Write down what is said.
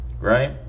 Right